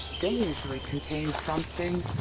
they usually contain something.